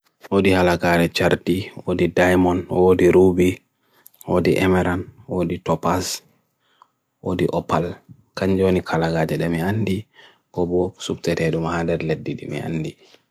Odi halagare charti, odi daimon, odi rubi, odi emaran, odi topaz, odi opal, kanjoni kalagare demi andi, gobo subterredo mahader leddi demi andi.